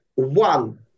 One